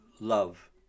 love